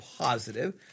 positive